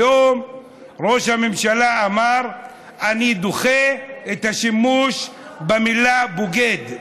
היום ראש הממשלה אמר: אני דוחה את השימוש במילה "בוגד".